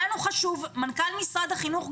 מנכ"ל משרד החינוך,